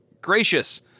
gracious